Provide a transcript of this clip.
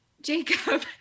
Jacob